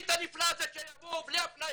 תביאי את הנפלא הזה שיבואו בלי אפליה.